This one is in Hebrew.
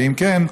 ואם כן,